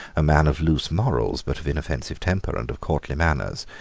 a man of loose morals, but of inoffensive temper and of courtly manners,